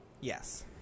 Yes